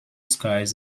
skies